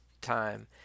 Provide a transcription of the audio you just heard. time